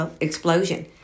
explosion